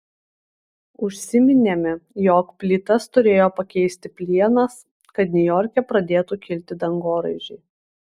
užsiminėme jog plytas turėjo pakeisti plienas kad niujorke pradėtų kilti dangoraižiai